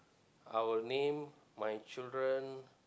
I would name my children